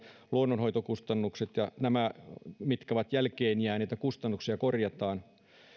luonnonhoitokustannukset ja nämä mitkä ovat jälkeenjääneitä kustannuksia korjataan